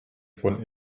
von